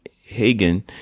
Hagen